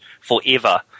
forever